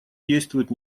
действует